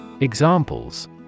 Examples